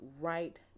right